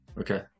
okay